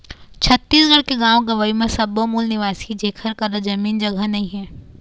छत्तीसगढ़ के गाँव गंवई म सब्बो मूल निवासी जेखर करा जमीन जघा नइ हे